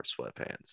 sweatpants